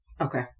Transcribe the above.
Okay